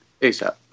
asap